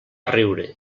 riure